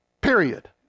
period